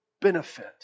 benefit